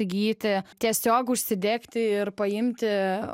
įgyti tiesiog užsidegti ir paimti